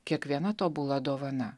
kiekviena tobula dovana